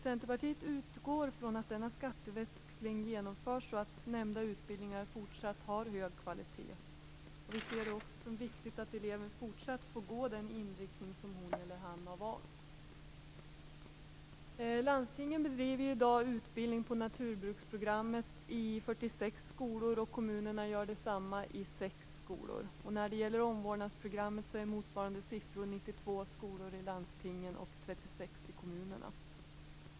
Centerpartiet utgår från att denna skatteväxling genomförs så att nämnda utbildningar fortsatt har hög kvalitet. Vi ser det också som viktigt att eleven fortsatt får genomgå den inriktning som hon eller han har valt. Landstingen bedriver i dag utbildning på naturbruksprogrammet i 46 skolor, och kommunerna gör detsamma i 6 skolor. När det gäller omvårdnadsprogrammet är motsvarande siffror 92 skolor i landstingen och 36 i kommunerna.